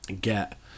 get